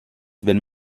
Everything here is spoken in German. wenn